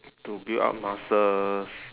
to build up muscles